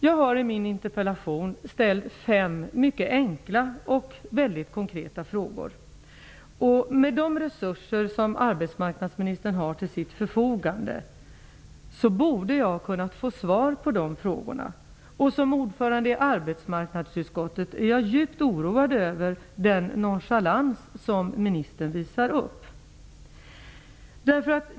Jag har i min interpellation ställt fem mycket enkla och konkreta frågor. Med de resurser som arbetsmarknadsministern har till sitt förfogande borde han ha kunnat ge svar på dessa frågor. Som ordförande i arbetsmarknadsutskottet är jag djupt oroad över den nonchalans som ministern visar upp.